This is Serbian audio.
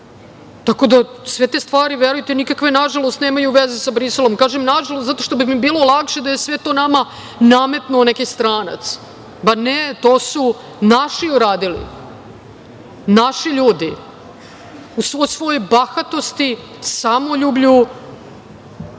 da, sve te stvari verujte nikakve nažalost nemaju veze sa Briselom. Kažem nažalost, zato što bi mi bilo lakše da je sve to nama nametnuo neki stranac. Ne, to su naši uradili, naši ljudi u svoj svojoj bahatosti, samoljublju,